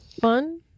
fun